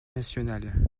national